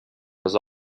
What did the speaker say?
was